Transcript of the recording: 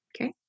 Okay